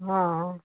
ਹਾਂ